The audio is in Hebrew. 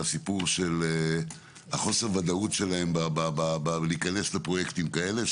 דיבר על הסיפור של חוסר הוודאות שלהם בכניסה לפרויקטים כאלה,